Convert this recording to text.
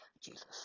Jesus